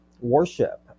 worship